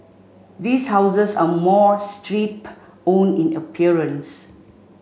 these houses are more strip own in appearance